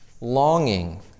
longing